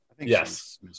yes